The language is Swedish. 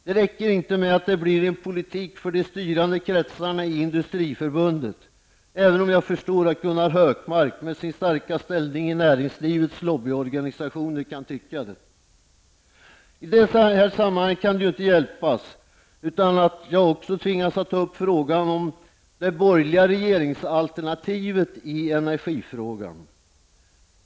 Det räcker inte med att det blir en politik för de styrande kretsarna i Industriförbundet, även om jag förstår att Gunnar Hökmark med sin starka ställning i näringslivets lobbyorganisationer kan tycka detta. I detta sammanhang kan det ju inte hjälpas att jag också tvingas att ta upp frågan om det borgerliga regeringsalternativet i energifrågan.